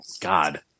God